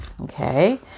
okay